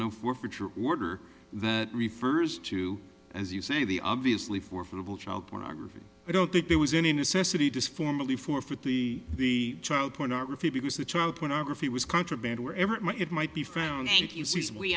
no forfeiture order that refers to as you say the obviously for federal child pornography i don't think there was any necessity just formally forfeit the the child pornography because the child pornography was contraband wherever it might it might be found